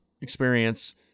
experience